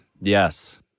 Yes